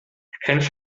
kennst